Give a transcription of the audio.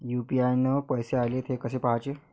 UPI न पैसे आले, थे कसे पाहाचे?